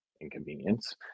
inconvenience